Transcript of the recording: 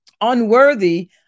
unworthy